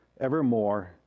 evermore